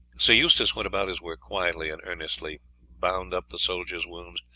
sir eustace went about his work quietly and earnestly, bound up the soldiers' wounds,